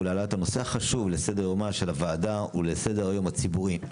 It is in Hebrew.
להעלאת הנושא החשוב לסדר-יומה של הוועדה ולסדר-היום הציבורי.